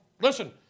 listen